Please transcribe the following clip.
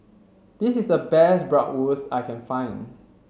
this is the best Bratwurst I can find